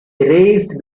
erased